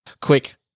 quick